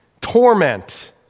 torment